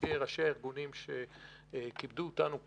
נציגי ראשי הארגונים שכבדו אותנו כאן,